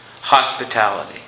Hospitality